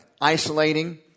isolating